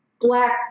black